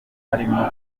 barimo